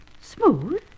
Smooth